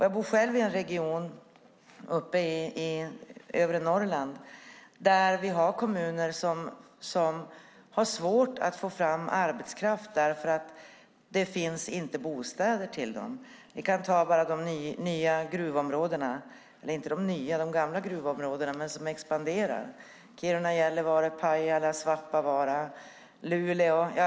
Jag bor i övre Norrland, i en region där kommuner har svårt att få fram arbetskraft därför att det inte finns bostäder. Låt oss se på de gamla gruvområdena som expanderar: Kiruna, Gällivare, Pajala, Svappavaara, Luleå.